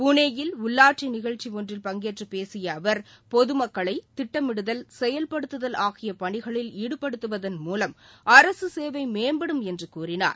புனே யில் உள்ளாட்சி நிஷழ்ச்சி ஒன்றில் பங்கேற்றுப் பேசிய அவர் பொதுமக்களை திட்டமிடுதல் செயல்படுத்துதல் ஆகிய பணிகளில் ஈடுபடுத்துவதன்மூலம் அரசு சேவை மேம்படும் என்று கூறினார்